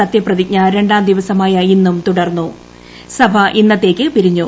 സത്യപ്രതിജ്ഞ രണ്ടാം ദിവസമായും ഇന്നും തുടർന്നു സഭ ഇന്നത്തേയ്ക്ക് പിരിഞ്ഞു